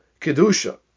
Kedusha